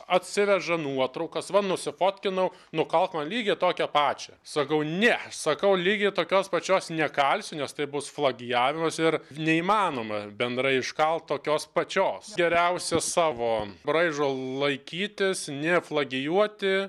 atsiveža nuotraukas va nusifotkinau nukalk man lygiai tokią pačią sakau ne sakau lygiai tokios pačios nekalsiu nes tai bus plagijavimas ir neįmanoma bendrai iškalt tokios pačios geriausia savo braižo laikytis neflagijuoti